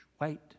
wait